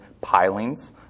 pilings